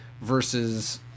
versus